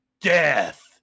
death